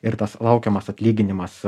ir tas laukiamas atlyginimas